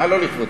מה לא לכבודי?